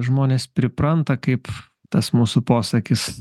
žmonės pripranta kaip tas mūsų posakis